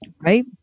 Right